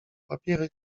papiery